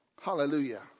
hallelujah